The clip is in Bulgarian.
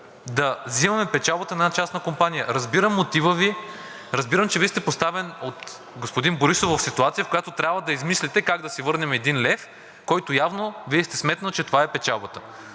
да взимаме печалбата на една частна компания. Разбирам мотива Ви, разбирам, че Вие сте поставен от господин Борисов в ситуация, в която трябва да измислите как да си върнем един лев, който явно Вие сте сметнали, че това е печалбата.